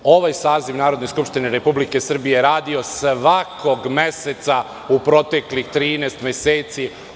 Ovaj saziv Narodne skupštine Republike Srbije je radio svakog meseca u proteklih 13 meseci.